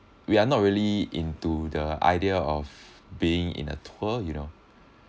we are not really into the idea of being in a tour you know